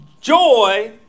Joy